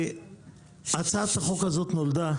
הצעת החוק הזאת נולדה